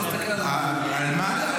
הdetails-,